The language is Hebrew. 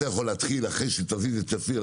אתה יכול להתחיל אחרי שתזיז את שפיר,